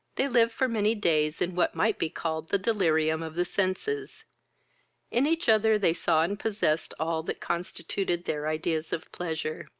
they lived for many days in what might be called the delirium of the senses in each other they saw and possessed all that constituted their ideas of pleasure.